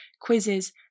quizzes